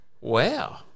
Wow